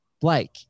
blake